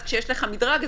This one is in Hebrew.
כשיש לך מדרג,